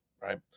right